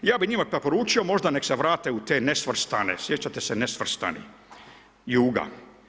Ja bih njima poručio možda da se vrate u te nesvrstane, sjećate se nesvrstanih, Juga.